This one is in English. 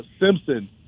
Simpson